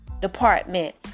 department